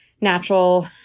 natural